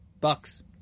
Bucks